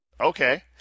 Okay